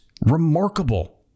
remarkable